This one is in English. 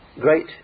great